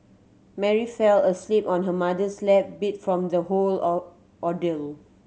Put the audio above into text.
Mary fell asleep on her mother's lap beat from the whole or ordeal